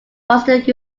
boston